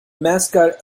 mascot